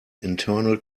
internal